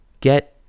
get